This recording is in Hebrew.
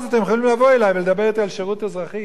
אז אתם יכולים לבוא אלי ולדבר אתי על שירות אזרחי.